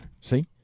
See